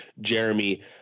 Jeremy